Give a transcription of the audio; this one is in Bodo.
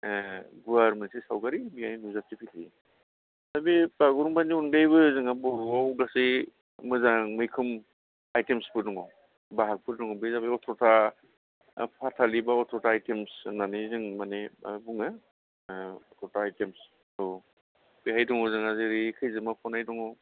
गुवार मोनसे सावगारि बेहाय नुजाथिफैखायो दा बे बागुरुम्बानि अनगायैबो जोंहा बर'वाव गासै मोजां मैखोम आइटेम्सबो दङ बाहागफोर दङ बे जाबाय अथ्रटा फाथालैबा अथ्रटा आइटेम्स होन्नानै जों माने माबा बुङो खथा आइटेम्स औ बाहाय दङ जोंहा जेरै खैजिमा फनाय दङ